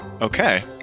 Okay